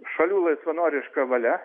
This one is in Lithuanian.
šalių laisvanoriška valia